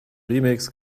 remix